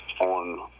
on